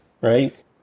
right